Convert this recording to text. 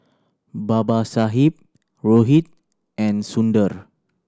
Babasaheb Rohit and Sundar